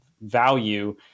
value